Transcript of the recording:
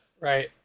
right